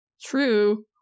True